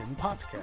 podcast